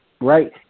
right